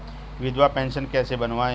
विधवा पेंशन कैसे बनवायें?